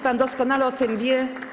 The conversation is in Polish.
Pan doskonale o tym wie.